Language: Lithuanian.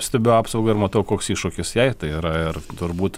stebiu apsaugą ir matau koks iššūkis jai tai yra ir turbūt